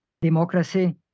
democracy